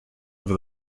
over